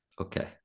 Okay